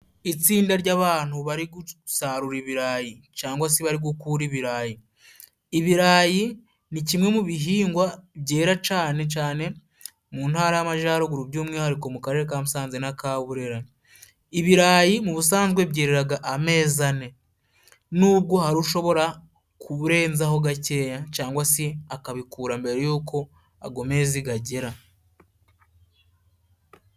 Itsinda ry'abantu bari gusarura ibirayi cangwa si bari gukura ibirayi. Ibirayi ni kimwe mu bihingwa byera cane cane mu ntara y'amajaruguru by'umwihariko mu karere ka Musanze na ka Burera. Ibirayi mu busanzwe byereraga amezi ane nubwo hari ushobora kuburenzaho gakeya cangwa si akabikura mbere y'uko ago mezi gajyera.